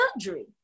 surgery